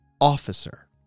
officer